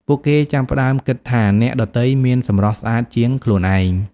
ពួកគេចាប់ផ្ដើមគិតថាអ្នកដទៃមានសម្រស់ស្អាតជាងខ្លួនឯង។